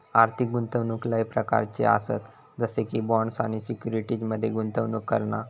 आर्थिक गुंतवणूक लय प्रकारच्ये आसत जसे की बॉण्ड्स आणि सिक्युरिटीज मध्ये गुंतवणूक करणा